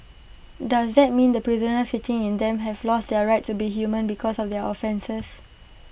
does that mean the prisoners sitting in them have lost their right to be human because of their offences